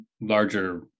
larger